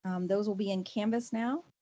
those will be in canvas now,